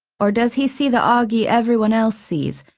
or does he see the auggie everyone else sees?